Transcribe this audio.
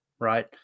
right